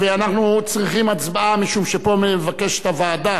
ואנחנו צריכים הצבעה משום שפה מבקשת הוועדה